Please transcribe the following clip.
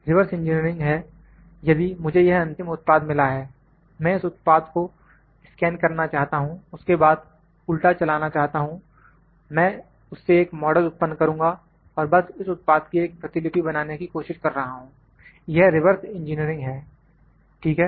reverse engineering है यदि मुझे यह अंतिम उत्पाद मिला है मैं इस उत्पाद को स्कैन करना चाहता हूं उसके बाद उल्टा चलना चाहता हूं मैं उससे एक मॉडल उत्पन्न करुंगा और बस इस उत्पाद की एक प्रतिलिपि बनाने की कोशिश कर रहा हूं यह रिवर्स इंजीनियरिंग है ठीक है